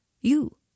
You